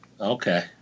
Okay